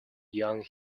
young